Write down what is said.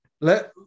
let